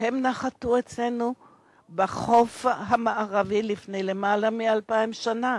והם נחתו אצלנו בחוף המערבי לפני למעלה מ-2,000 שנה.